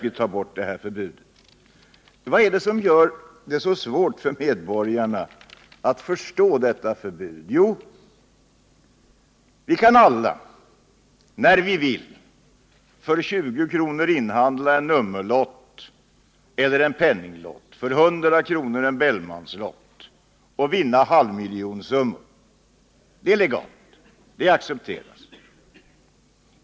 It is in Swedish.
Vad är det som gör det så svårt för medborgarna att förstå detta förbud? Jo, vi kan alla när vi vill för 20 kr. inhandla en nummerlott eller en penninglott och för 100 kr. köpa en Bellmanslott och ha möjlighet att vinna en halv miljon kronor. Det är legalt, det accepteras.